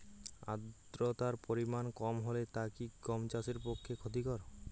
আর্দতার পরিমাণ কম হলে তা কি গম চাষের পক্ষে ক্ষতিকর?